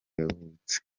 yavutse